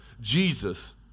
Jesus